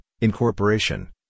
incorporation